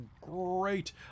great